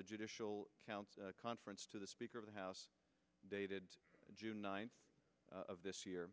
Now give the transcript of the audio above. the judicial council conference to the speaker of the house dated june ninth of this year